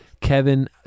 Kevin